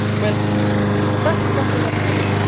well that's exactly what it is. you know.